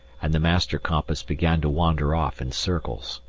and the master compass began to wander off in circles.